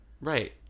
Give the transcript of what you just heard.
Right